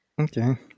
Okay